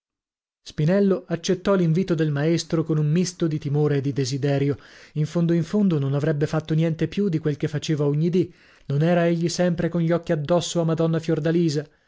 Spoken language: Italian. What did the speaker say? spinello accettò l'invito del maestro con un misto di timore e di desiderio in fondo in fondo non avrebbe fatto niente più di quel che faceva ogni dì non era egli sempre con gli occhi addosso a madonna fiordalisa